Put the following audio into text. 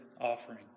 offering